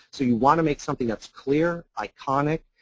so you want to make something that's clear, iconic,